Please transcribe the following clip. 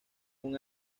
con